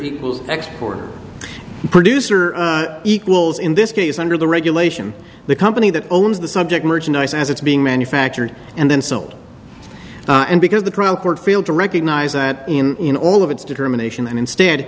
equals export producer equals in this case under the regulation the company that owns the subject merchandise as it's being manufactured and then sold and because the trial court failed to recognize that in all of its determination and instead